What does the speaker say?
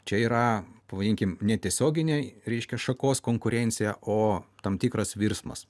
čia yra pavadinkim ne tiesioginiai reikšiai šakos konkurencija o tam tikras virsmas